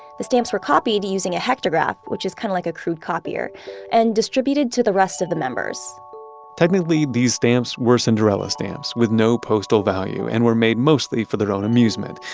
the stamps were copied using a hectograph, which is kind of like a crude copier and distributed to the rest of the members technically these stamps were cinderella stamps with no postal value and were made mostly for their own amusement,